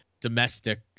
domestic